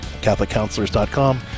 CatholicCounselors.com